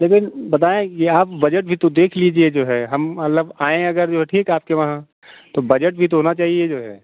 लेकिन बताएँ यहाँ बजट भी तो देख लीजिए जो है हम मतलब आएँ अगर जो है ठीक है आपके वहाँ तो बजट भी तो होना चाहिए जो है